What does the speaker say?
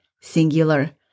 singular